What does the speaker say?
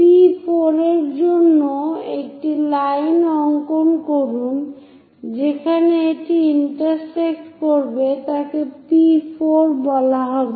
P4 এর জন্যও একটি লাইন অংকন করুন যেখানে এটি ইন্টারসেক্ট করবে তাকে P4 বলা হবে